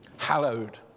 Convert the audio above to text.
hallowed